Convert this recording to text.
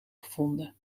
gevonden